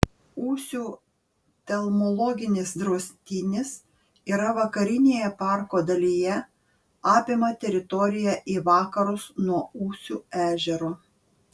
ūsių telmologinis draustinis yra vakarinėje parko dalyje apima teritoriją į vakarus nuo ūsių ežero